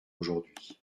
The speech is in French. aujourd’hui